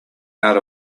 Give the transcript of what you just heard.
out